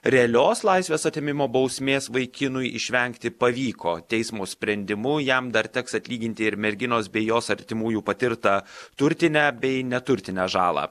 realios laisvės atėmimo bausmės vaikinui išvengti pavyko teismo sprendimu jam dar teks atlyginti ir merginos bei jos artimųjų patirtą turtinę bei neturtinę žalą